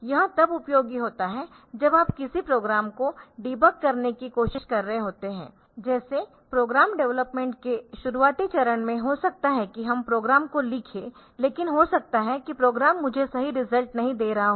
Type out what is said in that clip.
यह तब उपयोगी होता है जब आप किसी प्रोग्राम को डिबग करने की कोशिश कर रहे होते है जैसे प्रोग्राम डेवलपमेंट के शुरुआती चरण में हो सकता है कि हम प्रोग्राम को लिखे लेकिन हो सकता है कि प्रोग्राम मुझे सही रिजल्ट नहीं दे रहा हो